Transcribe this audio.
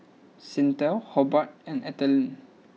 Cyntha Hobart and Ethyle